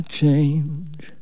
change